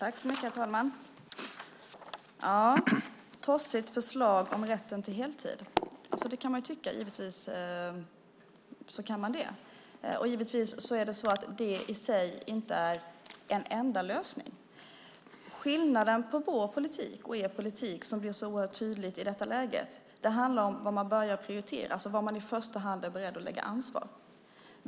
Herr talman! Tossigt förslag om rätten till heltid - det kan man givetvis tycka. Det är givetvis inte den enda lösningen. Skillnaden på vår politik och er politik blir väldigt tydlig i detta läge. Det handlar om vad man börjar prioritera, var man i första hand är beredd att lägga ansvaret.